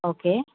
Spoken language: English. okay